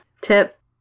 Tip